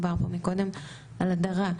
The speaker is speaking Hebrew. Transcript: דובר פה קודם על הדרה.